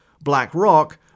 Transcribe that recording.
BlackRock